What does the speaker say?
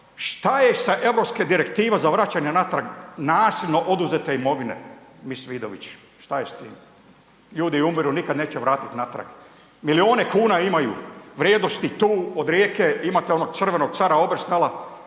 Šta je sa Europske direktiva za vraćanje natrag nasilno oduzete imovine? Mis Vidović, šta je s tim? Ljudi umiru, nikad neće vratit natrag. Milijune kuna imaju, vrijednosti tu od Rijeke imate onog crvenog cara Obersnela,